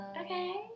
okay